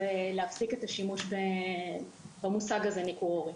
זה להפסיק את השימוש במושג ניכור הורי,